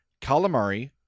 calamari